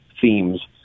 themes